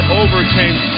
overcame